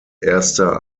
erster